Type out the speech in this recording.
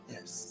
Yes